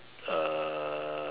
uh